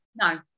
No